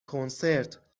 کنسرت